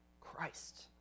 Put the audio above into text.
Christ